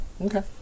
Okay